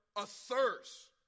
athirst